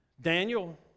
Daniel